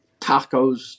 tacos